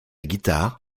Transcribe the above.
guitare